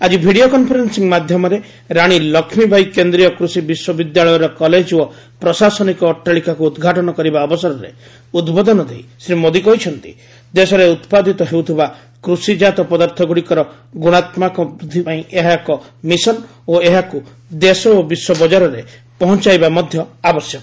ଆକି video conferencing ମାଧ୍ୟମରେ ରାଣୀ ଲକ୍ଷ୍ମୀବାଇ କେନ୍ଦ୍ରୀୟ କୃଷି ବିଶ୍ୱବିଦ୍ୟାଳୟର କଲେଜ ଓ ପ୍ରଶାସନିକ ଅଟ୍ଟାଳିକାକୁ ଉଦ୍ଘାଟନ କରିବା ଅବସରରେ ଉଦ୍ବୋଧନ ଦେଇ ଶ୍ରୀ ମୋଦୀ କହିଛନ୍ତି ଦେଶରେ ଉତ୍ପାଦିତ ହେଉଥିବା କୃଷିଜାତ ପଦାର୍ଥଗୁଡ଼ିକର ଗୁଣାତ୍ମକ ବୃଦ୍ଧି ପାଇଁ ଏହା ଏକ ମିଶନ୍ ଓ ଏହାକୁ ଦେଶ ଓ ବିଶ୍ୱ ବଜାରରେ ପହଞ୍ଚାଇବା ମଧ୍ୟ ଆବଶ୍ୟକ